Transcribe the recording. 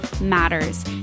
matters